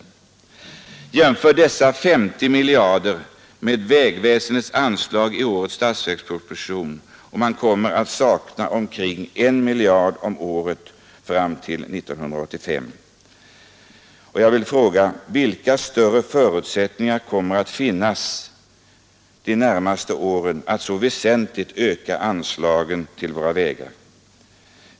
Om man jämför dessa 50 miljarder kronor med anslaget till vägverket i årets statsverksproposition finner man att det kommer att saknas omkring 1 miljard kronor om året fram till 1985. Vilka större förutsättningar kommer att finnas de närmaste åren att så väsentligt öka anslagen till våra vägar?